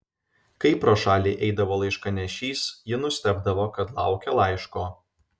kai pro šalį eidavo laiškanešys ji nustebdavo kad laukia laiško